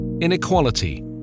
inequality